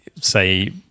say